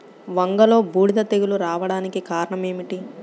వంగలో బూడిద తెగులు రావడానికి కారణం ఏమిటి?